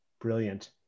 Brilliant